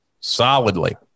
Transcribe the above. solidly